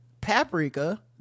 paprika